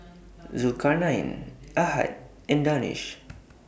Zulkarnain Ahad and Danish